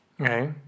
Okay